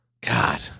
God